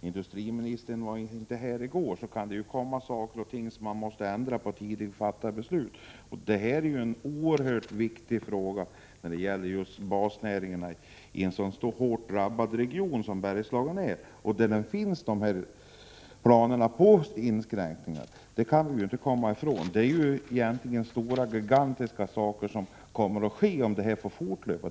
industriministern inte var här i går förstår också jag att det kan komma saker och ting emellan som gör att man måste ändra på tidigare fattade beslut. Men det här är ju en oerhört viktig fråga. Det gäller alltså basnäringarna i en så hårt drabbad region som Bergslagen. Det finns ju ändå planer på inskränkningar. Det kan vi inte komma ifrån. Saker av gigantiska format kommer att ske, om den här utvecklingen får fortgå.